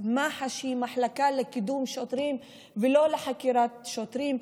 מח"ש היא מחלקה לקידום שוטרים ולא לחקירת שוטרים.